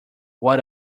what